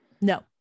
No